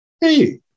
hey-